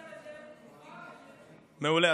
הדלת פתוחה, מעולה.